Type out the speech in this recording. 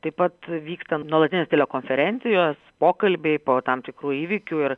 taip pat vyksta nuolatinės telekonferencijos pokalbiai po tam tikrų įvykių ir